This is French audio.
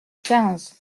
quinze